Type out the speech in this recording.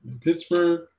Pittsburgh